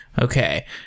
Okay